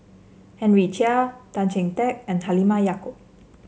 Henry Chia Tan Chee Teck and Halimah Yacob